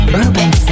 Urban